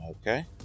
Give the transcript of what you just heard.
Okay